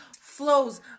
flows